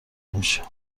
میشه